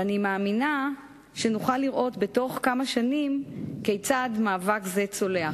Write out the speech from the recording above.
ואני מאמינה שנוכל לראות בתוך כמה שנים כיצד מאבק זה צולח.